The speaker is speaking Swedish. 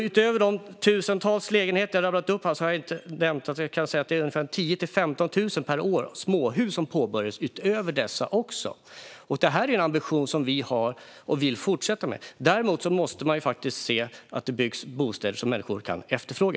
Utöver de tusentals lägenheter jag räknat upp kan jag också nämna att det påbörjas ungefär 10 000-15 000 småhus per år. Det är en ambition som vi har och vill fortsätta med. Däremot måste man förstås se till att det byggs bostäder som människor kan efterfråga.